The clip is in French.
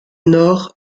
nord